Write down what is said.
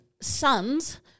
sons